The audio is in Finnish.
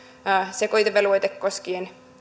sekoitevelvoite koskien